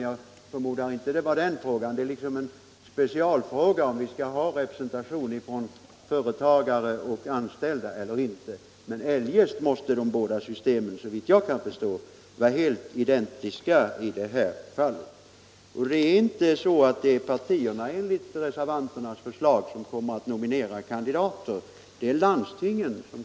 Jag förmodar att det inte var den saken det gällde. Det är en specialfråga om vi skall ha representation från företagare och anställda eller inte. Eljest måste de båda systemen, såvitt jag kan förstå, vara identiska i det här fallet. Enligt reservanternas förslag är det inte partierna som kommer att nominera och välja kandidater utan landstingen.